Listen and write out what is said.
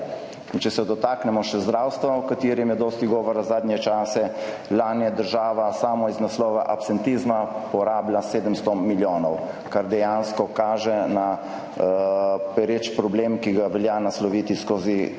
če se dotaknemo še zdravstva, o katerem je dosti govora zadnje čase, lani je država samo iz naslova absentizma porablja 700 milijonov, kar dejansko kaže na pereč problem, ki ga velja nasloviti tudi